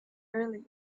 earlier